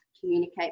communicate